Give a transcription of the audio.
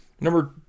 Number